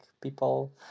people